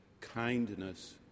kindness